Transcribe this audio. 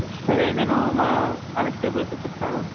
సరే నేను మా కాన్స్టేబుల్కి చెప్తాను